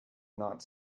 not